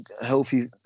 healthy